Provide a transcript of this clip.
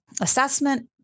assessment